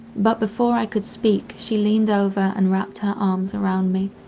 but before i could speak she leaned over and wrapped her arms around me.